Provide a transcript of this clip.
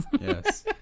Yes